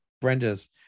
Brenda's